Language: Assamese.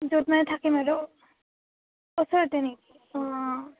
য'ত মানে থাকিম আৰু ওচৰতে নেকি অঁ